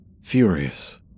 furious